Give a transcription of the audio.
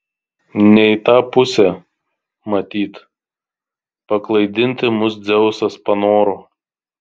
ne į tą pusę matyt paklaidinti mus dzeusas panoro